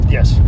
Yes